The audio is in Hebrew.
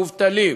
מובטלים,